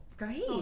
Great